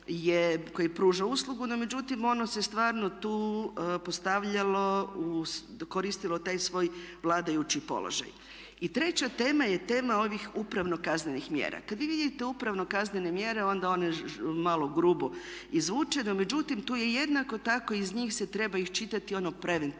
koje pruža uslugu no međutim ono se stvarno tu postavljalo, koristilo taj svoj vladajući položaj. I treća tema je tema ovih upravno kaznenih mjera. Kad vi vidite upravno kaznene mjere onda one malo grubo i zvuče no međutim tu je jednako tako i iz njih se treba iščitati ono preventivno.